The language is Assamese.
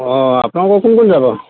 অঁ আপোনাৰ লগত কোন কোন যাব